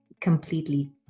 completely